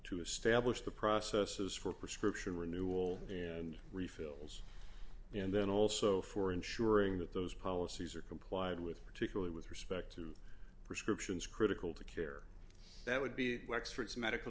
to establish the processes for prescription renewal and refills and then also for ensuring that those policies are complied with particularly with respect to prescriptions critical to care that would be the experts medical